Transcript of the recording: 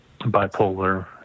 bipolar